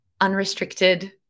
unrestricted